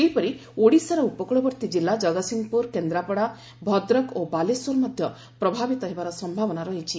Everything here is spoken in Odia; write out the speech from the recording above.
ସେହିପରି ଓଡ଼ିଶାର ଉପକୂଳବର୍ତ୍ତୀ ଜିଲ୍ଲା ଜଗତସିଂହପୁର କେନ୍ଦ୍ରାପଡ଼ା ଭଦ୍ରକ ଓ ବାଲେଶ୍ୱର ମଧ୍ୟ ପ୍ରଭାବିତ ହେବାର ସମ୍ଭାବନା ରହିଛି